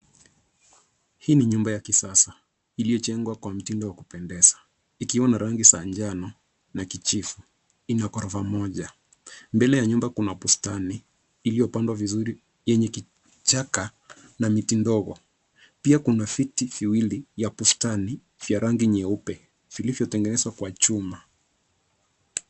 Hii ni nyumba ya kisasa iliyojengwa kwa mtindo wa kupendeza ikiwa na rangi za manjano na kijivu. Ina ghorofa moja. Mbele ya nyumba kuna bustani iliyopandwa vizuri yenye chaka la miti ndogo. Pia kuna viti viwili vya bustani vya rangi nyeupe vilivyo tengenezwa kwa chuma.